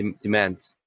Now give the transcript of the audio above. demand